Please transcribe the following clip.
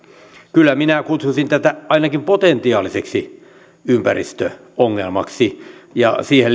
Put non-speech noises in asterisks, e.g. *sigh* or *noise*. kyllä minä kutsuisin tätä ainakin potentiaaliseksi ympäristöongelmaksi ja siihen *unintelligible*